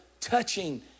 touching